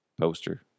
Poster